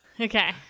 okay